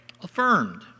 affirmed